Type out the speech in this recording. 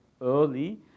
early